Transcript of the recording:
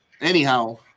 anyhow